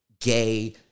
gay